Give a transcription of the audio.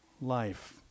life